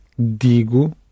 digo